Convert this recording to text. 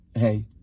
Hey